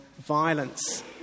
violence